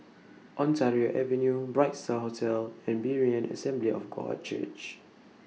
Ontario Avenue Bright STAR Hotel and Berean Assembly of God Church